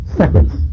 seconds